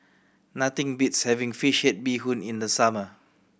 nothing beats having fish head bee hoon in the summer